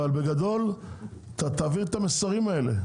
אבל בגדול אתה תעביר את המסרים האלה,